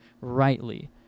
rightly